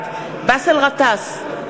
בעד באסל גטאס,